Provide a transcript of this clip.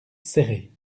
serrés